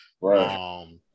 right